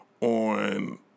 on